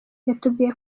yatubwiye